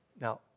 Now